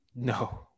No